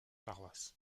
paroisses